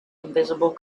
invisible